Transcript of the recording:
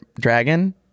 dragon